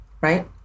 right